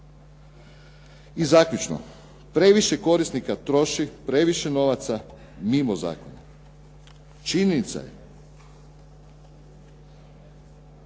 I zaključno, previše korisnika troši previše novaca mimo zakona. Činjenica je